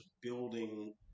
building